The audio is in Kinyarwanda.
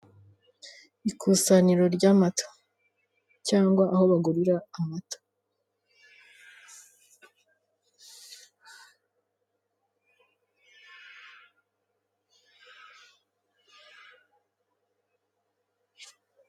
Ikusanyiro ry'amata cyangwa aho bagurira amata.